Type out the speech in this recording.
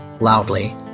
loudly